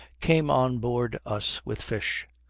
came on board us with fish.